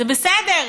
זה בסדר,